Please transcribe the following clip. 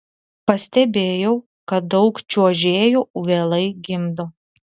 pastebėjau kad daug čiuožėjų vėlai gimdo